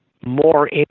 more